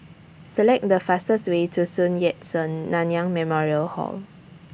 Select The fastest Way to Sun Yat Sen Nanyang Memorial Hall